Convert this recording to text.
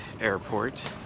airport